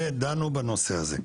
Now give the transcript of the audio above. ודנו בנושא הזה.